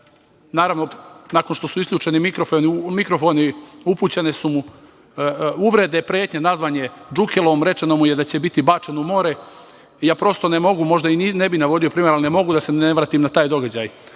Naravno, nakon što su isključeni mikrofoni, upućene su mu uvrede, pretnje, nazvan je džukelom, rečeno mu je da će biti bačen u more. Možda i ne bih navodio primer, ali ne mogu da se ne vratim na taj događaj.